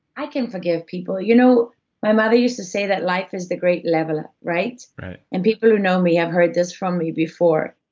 i can forgive people. you know my mother used to say that life is the great leveler. and people who know me have heard this from me before.